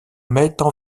mettent